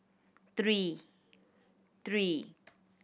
three